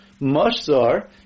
mashzar